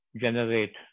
generate